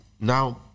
now